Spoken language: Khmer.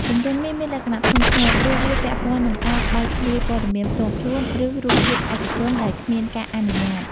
ទម្រង់នេះមានលក្ខណៈធ្ងន់ធ្ងរ ព្រោះវាពាក់ព័ន្ធនឹងការបែកធ្លាយព័ត៌មានផ្ទាល់ខ្លួន ឬរូបភាពឯកជនដោយគ្មានការអនុញ្ញាត។